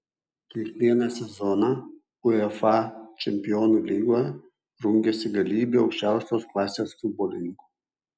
kiekvieną sezoną uefa čempionų lygoje rungiasi galybė aukščiausios klasės futbolininkų